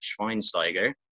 Schweinsteiger